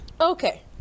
Okay